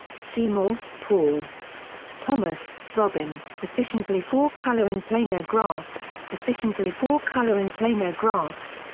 seymour, paul thomas, robin, efficiently four-coloring planar graphs, efficiently four-coloring planar graphs,